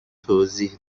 توضیح